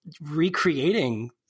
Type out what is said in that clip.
recreating